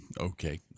Okay